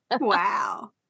wow